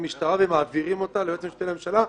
במשטרה ומעבירים אותה ליועץ המשפטי לממשלה.